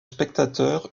spectateur